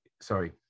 Sorry